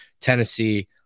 Tennessee